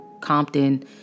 Compton